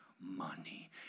money